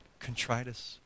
contritus